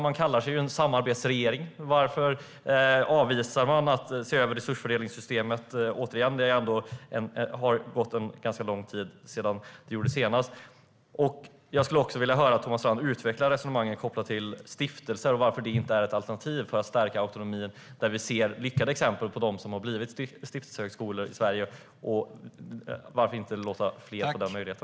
Man kallar ju sig en samarbetsregering. Varför avvisar man då att se över resursfördelningssystemet? Återigen: Det har ändå gått en ganska lång tid sedan det gjordes senast. Jag skulle också vilja höra Thomas Strand utveckla resonemanget kopplat till stiftelser och varför det inte är ett alternativ för att stärka autonomin. Vi ser ju lyckade exempel på stiftelsehögskolor i Sverige. Varför inte låta fler få den möjligheten?